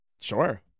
Sure